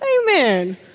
Amen